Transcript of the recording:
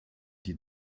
die